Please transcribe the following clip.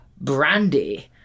Brandy